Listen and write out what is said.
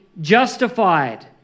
Justified